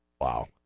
Wow